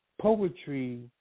Poetry